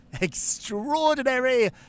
extraordinary